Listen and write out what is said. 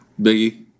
Biggie